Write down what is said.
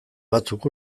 batzuk